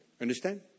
Understand